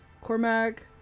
Cormac